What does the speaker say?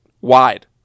wide